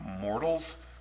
mortals